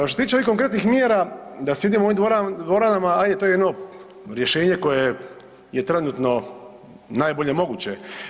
Što se tiče ovih konkretnih mjera da sjedimo u ovim dvoranama, ajde to je jedno rješenje koje je, je trenutno najbolje moguće.